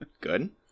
Good